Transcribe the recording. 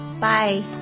Bye